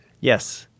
yes